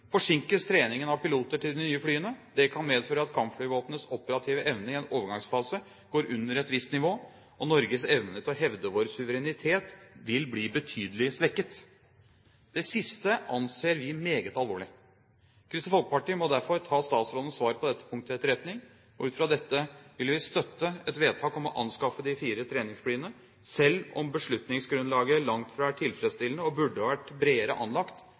forsinkes treningen av piloter til de nye flyene. Det kan medføre at kampflyvåpenets operative evne i en overgangsfase går under et visst nivå, og Norges evne til å hevde sin suverenitet vil bli betydelig svekket. Det siste anser vi som meget alvorlig. Kristelig Folkeparti må derfor ta statsrådens svar på dette punkt til etterretning. Ut fra dette vil vi støtte et vedtak om å anskaffe de fire treningsflyene, selv om beslutningsgrunnlaget langt fra er tilfredsstillende og burde vært bredere anlagt